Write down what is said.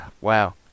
wow